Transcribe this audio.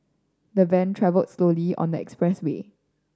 the van travelled slowly on the expressway